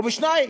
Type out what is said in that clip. או בשניים,